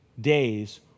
days